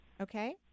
Okay